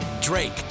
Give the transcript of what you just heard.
Drake